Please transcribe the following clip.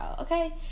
Okay